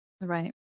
right